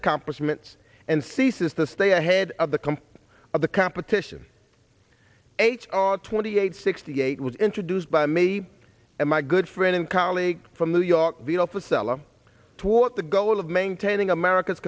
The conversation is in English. accomplishments and ceases to stay ahead of the comp of the competition h r twenty eight sixty eight was introduced by me and my good friend and colleague from new york the office sela toward the goal of maintaining america's